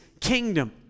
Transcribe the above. kingdom